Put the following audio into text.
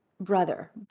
brother